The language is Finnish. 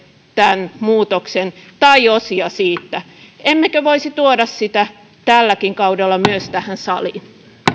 tämän muutoksen tai osia siitä emmekö voisi tuoda sitä myös tällä kaudella tähän saliin